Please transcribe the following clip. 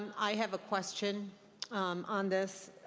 i have a question um on this